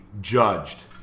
judged